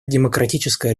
демократическая